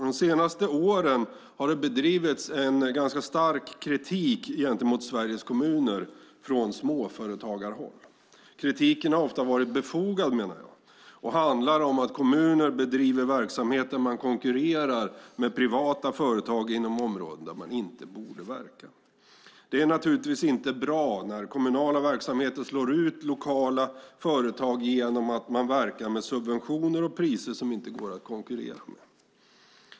De senaste åren har det funnits en ganska stark kritik mot Sveriges kommuner från småföretagarhåll. Kritiken har ofta varit befogad, menar jag, och handlar om att kommuner bedriver verksamhet som konkurrerar med privata företag inom områden där man inte borde verka. Det är naturligtvis inte bra när kommunala verksamheter slår ut lokala företag genom att verka med subventioner och priser som inte går att konkurrera med.